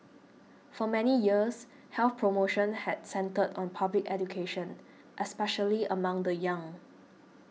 for many years health promotion had centred on public education especially among the young